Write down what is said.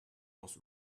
was